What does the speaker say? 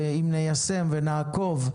ואם ניישם ונעקוב,